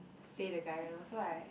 say the guy lor so I